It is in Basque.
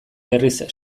berriz